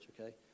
Okay